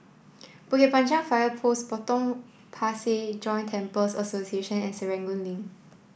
Bukit Panjang Fire Post Potong Pasir Joint Temples Association and Serangoon Link